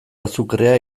azukrea